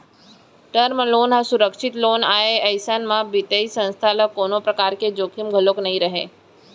term loan ह सुरक्छित loan आय अइसन म बित्तीय संस्था ल कोनो परकार के जोखिम घलोक नइ रहय